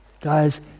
Guys